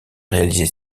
réalisée